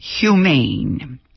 humane